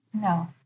No